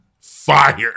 fire